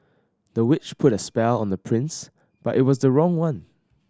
the witch put a spell on the prince but it was the wrong one